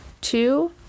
two